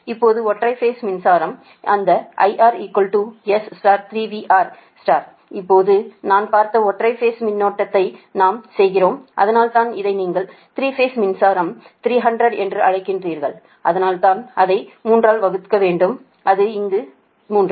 இப்போது ஒற்றை பேஸ் மின்சாரம் அந்த IR S3VR இப்போது நாம் பார்த்த ஒற்றை பேஸ் மின்னோட்டத்தை நாம் செய்கிறோம் அதனால்தான் இதை நீங்கள் 3 பேஸ் மின்சாரம் 300 என்று அழைக்கிறீர்கள் அதனால்தான் அதை 3 ஆல் வகுத்துள்ளோம் அது இங்கே 3